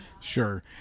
Sure